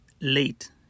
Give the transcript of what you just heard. late